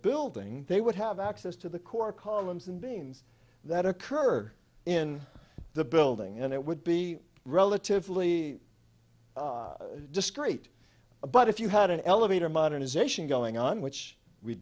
building they would have access to the core columns and names that occur in the building and it would be relatively discreet but if you had an elevator modernization going on which we